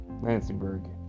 Lansingburg